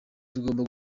tugomba